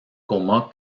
coma